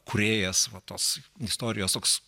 kūrėjas va tos istorijos toks